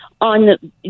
on